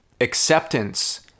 Acceptance